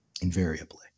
Invariably